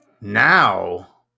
Now